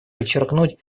подчеркнуть